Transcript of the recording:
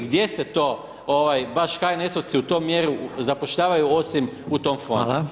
Gdje se to baš HNS-ovci u toj mjeri zapošljavaju osim u tom fondu?